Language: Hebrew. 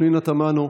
פנינה תמנו,